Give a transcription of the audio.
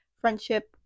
friendship